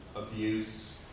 abuse,